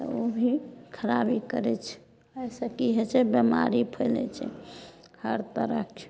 तऽ ओ भी खराबी करैत छै एहि से की होइ छै बेमारी फैलैत छै हर तरहके